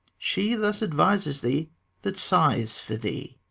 she thus advises thee that sighs for thee.